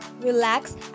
relax